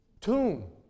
tomb